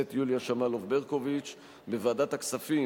יעלה ויבוא יושב-ראש ועדת הכנסת להודיע.